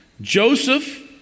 Joseph